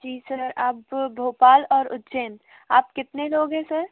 जी sir आप भोपाल और उज्जैन आप कितने लोग हैं सर